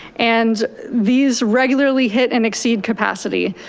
and these regularly hit and exceed capacity.